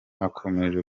akomeje